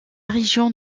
région